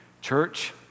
Church